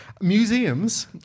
Museums